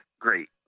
great